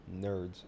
nerds